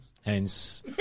Hence